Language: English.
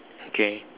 okay